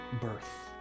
birth